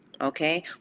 okay